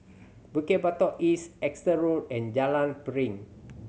Bukit Batok East Exeter Road and Jalan Piring